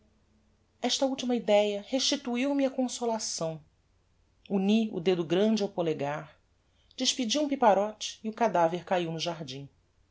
esta ultima idéa restituiu me a consolação uni o dedo grande ao polegar despedi um piparote e o cadaver caiu no jardim